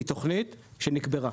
היא תכנית שנקברה.